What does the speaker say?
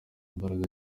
imbaraga